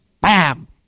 Bam